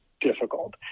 difficult